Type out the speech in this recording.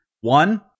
One